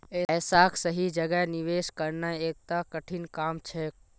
ऐसाक सही जगह निवेश करना एकता कठिन काम छेक